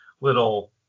little